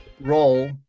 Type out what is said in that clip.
role